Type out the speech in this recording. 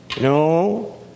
No